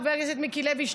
חבר הכנסת מיקי לוי,